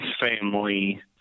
family